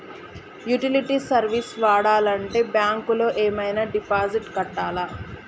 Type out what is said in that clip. Utility service వాడాలంటే bank లో ఏమైనా డిపాజిట్ కట్టాలా?